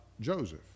Joseph